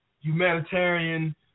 humanitarian